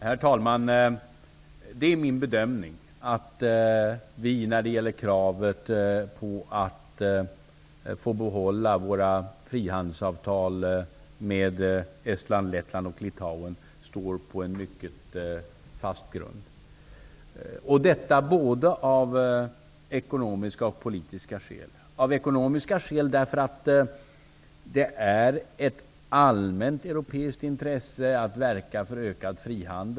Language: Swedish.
Herr talman! Det är min bedömning att vi när det gäller kravet på att få behålla våra frihandelsavtal med Estland, Lettland och Litauen står på mycket fast grund, av både ekonomiska och politiska skäl. Vi gör det av ekonomiska skäl, därför att det är ett allmänt europeiskt intresse att verka för ökad frihandel.